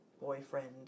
boyfriend